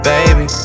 Baby